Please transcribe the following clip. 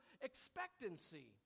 expectancy